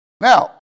Now